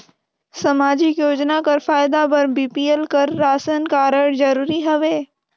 समाजिक योजना कर फायदा बर बी.पी.एल कर राशन कारड जरूरी हवे?